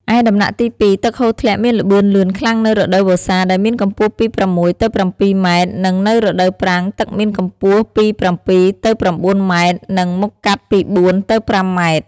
ឯដំណាក់ទី២ ទឹកហូរធ្លាក់មានល្បឿនលឿនខ្លាំងនៅរដូវវស្សាដែលមានកម្ពស់ពី ៦ ទៅ ៧ម៉ែត្រ និង នៅរដូវប្រាំងទឹកមានកម្ពស់ពី៧ ទៅ៩ម៉ែត្រ និង មុខកាត់ពី៤ទៅ៥ម៉ែត្រ។